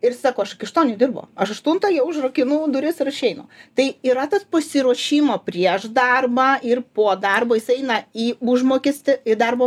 ir sako aš iki aštuonių dirbu aš aštuntą jau užrakinu duris ir aš einu tai yra tas pasiruošimo prieš darbą ir po darbo jis eina į užmokestį į darbo